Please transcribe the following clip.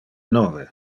nove